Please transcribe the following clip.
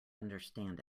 understand